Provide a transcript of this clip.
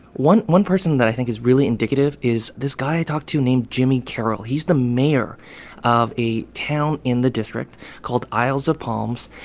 one one person that i think is really indicative is this guy i talked to named jimmy carroll. he's the mayor of a town in the district called isles of palms.